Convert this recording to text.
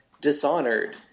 Dishonored